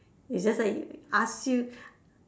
is just that he ask you